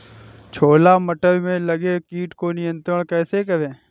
छोला मटर में लगे कीट को नियंत्रण कैसे करें?